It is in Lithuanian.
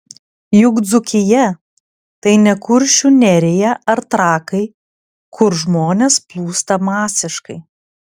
juk dzūkija tai ne kuršių nerija ar trakai kur žmonės plūsta masiškai